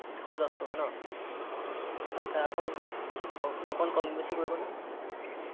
দুশ দচ টকা ন আচ্ছা অকণ অকমাণ কম বেছি কৰিবনে